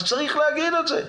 אז צריך להגיד את זה.